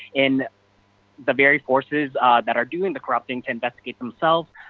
and the very forces that are doing the corrupting investigate themselves.